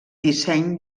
disseny